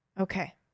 okay